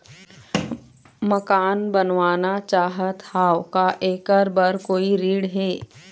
मकान बनवाना चाहत हाव, का ऐकर बर कोई ऋण हे?